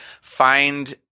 find